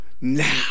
Now